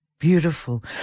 Beautiful